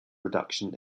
reduction